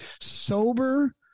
sober –